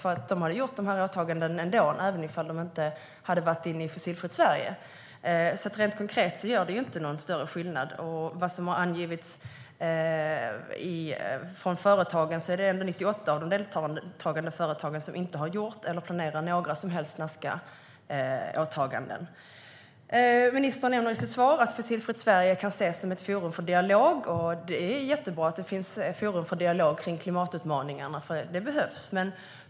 De hade nämligen gjort de åtagandena ändå, även om de inte hade varit med i Fossilfritt Sverige. Rent konkret gör det alltså inte någon större skillnad. Enligt vad företagen har angivit är det ändå 98 av de deltagande företagen som inte har gjort eller planerar några som helst Nazcaåtaganden. Ministern nämner i sitt svar att Fossilfritt Sverige kan ses som ett forum för dialog. Det är jättebra att det finns forum för dialog om klimatutmaningarna. Det behövs.